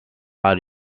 are